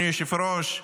אדוני היושב-ראש,